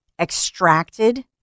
extracted